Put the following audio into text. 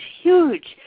huge